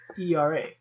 ERA